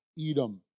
Edom